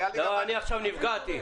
אני עכשיו נפגעתי,